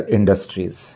Industries